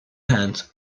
hands